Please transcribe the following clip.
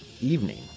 evening